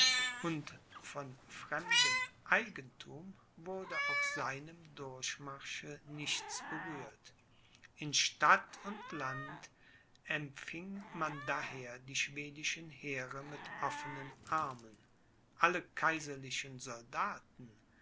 und von fremdem eigenthum wurde auf seinem durchmarsche nichts berührt in stadt und land empfing man daher die schwedischen heere mit offenen armen alle kaiserlichen soldaten